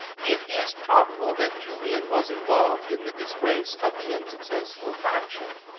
it is probable that julian was involved in the disgrace of the unsuccessful faction,